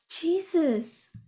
jesus